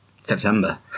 September